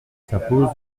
s’impose